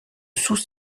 sous